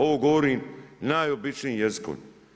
Ovo govorim najobičnijim jezikom.